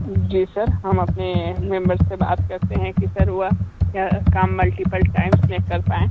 जी sir हम अपने member से बात करते हैं कि सर वह क्या काम मल्टीपल टाइम्स में कर पाएं